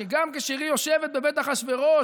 שגם כאשר היא יושבת בבית אחשוורוש,